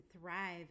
thrive